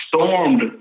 stormed